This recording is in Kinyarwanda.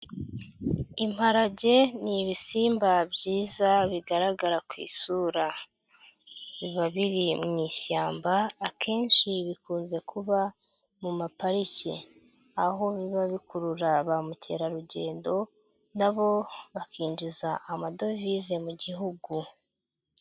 Imparage ni ibisimba byiza bigaragara ku isura biba biri mu ishyamba akenshi bikunze kuba mu mapariki aho biba bikurura ba mukerarugendo na bo bakinjiza amadovize mu gihugu.